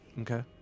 Okay